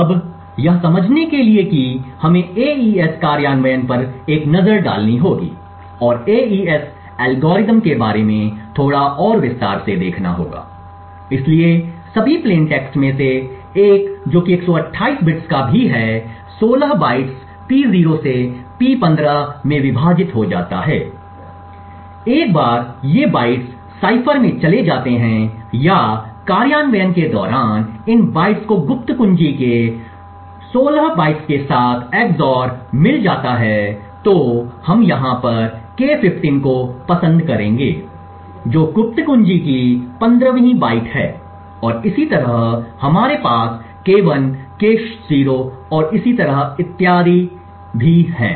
अब यह समझने के लिए कि हमें एईएस कार्यान्वयन पर एक नज़र डालनी होगी और एईएस एल्गोरिथ्म के बारे में थोड़ा और विस्तार से देखना होगा इसलिए सभी प्लेन टेक्स्ट में से एक जो कि 128 बिट्स का भी है 16 बाइट्स P0 से P15 में विभाजित हो जाता है एक बार ये बाइट्स साइफर में चले जाते हैं या कार्यान्वयन के दौरान इन बाइट्स को गुप्त कुंजी के 16 बाइट्स के साथ XOR मिल जाता है तो हम यहाँ पर K15 को पसंद करेंगे जो गुप्त कुंजी की 15 वीं बाइट है और इसी तरह हमारे पास K1 K0 और इसी तरह है